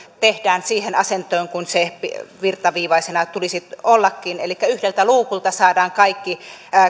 tehdään siihen asentoon kuin sen virtaviivaisena tulisi ollakin elikkä yhdeltä luukulta saadaan kaikki